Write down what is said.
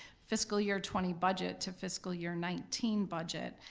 fiscal year twenty budget to fiscal year nineteen budget,